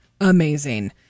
amazing